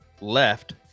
left